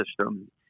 system